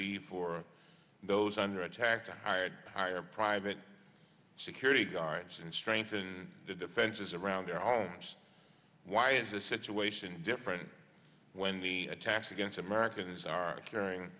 be for those under attack i hired hired private security guards and strengthen the defenses around their home why is the situation different when the attacks against americans are occurring